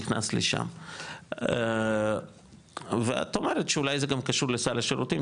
נכנס לשם ואת אומרת שאולי זה גם קשור לסל השירותים,